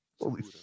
Holy